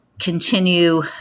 continue